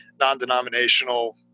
non-denominational